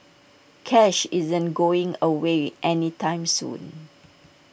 cash isn't going away any time soon